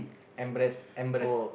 embarrass embarrass